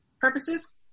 purposes